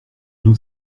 nous